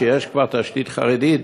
שיש כבר תשתית חרדית,